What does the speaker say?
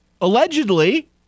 allegedly